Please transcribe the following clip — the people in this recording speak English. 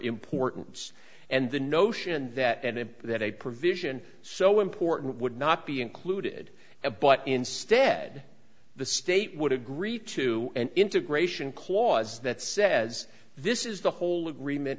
importance and the notion that and that a provision so important would not be included now but instead the state would agree to an integration clause that says this is the whole agreement